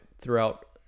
throughout